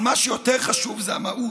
אבל מה שיותר חשוב זה המהות.